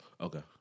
Okay